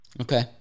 Okay